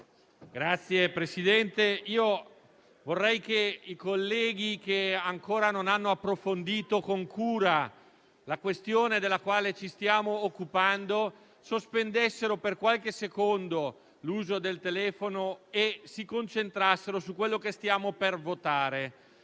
Signor Presidente, vorrei che i colleghi che ancora non hanno approfondito con cura la questione della quale ci stiamo occupando sospendessero per qualche secondo l'uso del telefono e si concentrassero su quanto stiamo per votare.